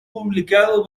publicado